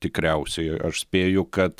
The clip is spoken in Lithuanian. tikriausiai aš spėju kad